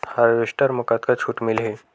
Harvester म कतका छूट मिलही?